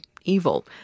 ...evil